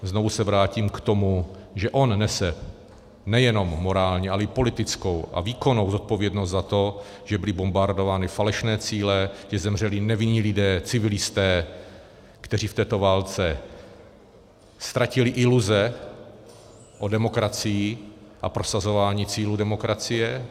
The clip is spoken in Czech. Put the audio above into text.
Znovu se vrátím k tomu, že on nese nejenom morální, ale i politickou a výkonnou zodpovědnost za to, že byly bombardovány falešné cíle, že zemřeli nevinní lidé, civilisté, kteří v této válce ztratili iluze o demokracii a prosazování cílů demokracie.